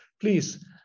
Please